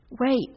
Wait